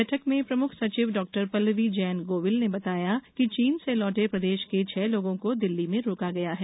बैठक में प्रमुख सचिव डॉक्टर पल्लवी जैन गोविल ने बताया कि चीन से लौटे प्रदेश के छह लोगों को दिल्ली में रोका गया है